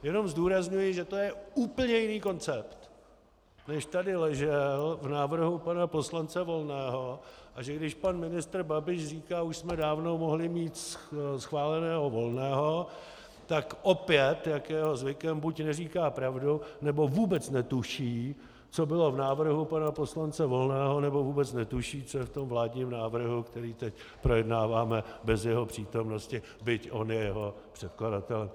Jenom zdůrazňuji, že to je úplně jiný koncept, než tady ležel v návrhu pana poslance Volného, a že když pan ministr Babiš říká: už jsme dávno mohli mít schváleného Volného, tak opět, jak je jeho zvykem, buď neříká pravdu, nebo vůbec netuší, co bylo v návrhu pana poslance Volného, nebo vůbec netuší, co je v tom vládním návrhu, který teď projednáváme bez jeho přítomnosti, byť on je jeho předkladatelem.